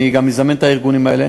אני גם אזמן את הארגונים האלה,